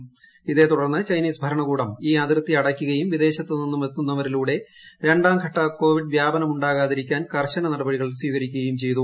ഇത്ത് ക്ടുട്ടർന്ന് ചൈനീസ് ഭരണകൂടം ഈ അതിർത്തി അടയ്ക്കുകയും വിദ്ദേൾത്ത്ു നിന്നുമെത്തുന്നവരിലൂടെ രണ്ടാംഘട്ട കോവിഡ് വ്യാപനമുണ്ട്രിക്കുതീരിക്കാൻ കർശന നടപടികൾ സ്വീകരിക്കുകയും ചെയ്തു